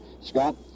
Scott